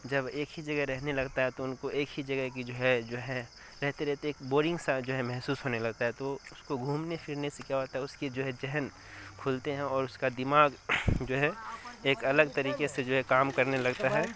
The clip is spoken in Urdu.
جب ایک ہی جگہ رہنے لغتا ہے تو ان کو ایک ہی جگہ کی جو ہے جو ہے رہتے رہتے ایک بورنگ سا جو ہے محسوس ہونے لگتا ہے تو اس کو گھومنے پھرنے سے کیا ہوتا ہے اس کی جو ہے ذہن کھلتے ہیں اور اس کا دماغ جو ہے ایک الگ طریقے سے جو ہے کام کرنے لگتا ہے